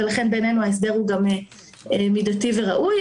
ולכן בעינינו ההסדר הוא גם מידתי וראוי.